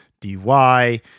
DY